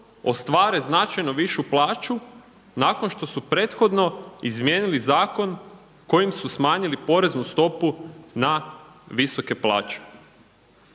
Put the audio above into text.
ostvare značajno višu plaću nakon što su prethodno izmijenili zakon kojim su smanjili poreznu stopu na visoke plaće.